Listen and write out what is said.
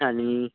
आणि